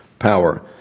power